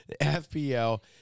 FPL